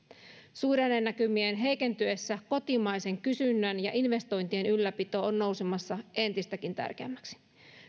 suhdannenäkymien heikentyessä kotimaisen kysynnän ja investointien ylläpito on nousemassa entistäkin tärkeämmäksi